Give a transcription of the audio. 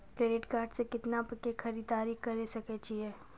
Credit card से कितना के खरीददारी करे सकय छियै?